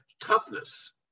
toughness